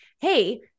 hey